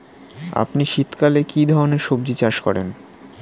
আপনি শীতকালে কী ধরনের সবজী চাষ করেন?